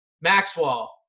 Maxwell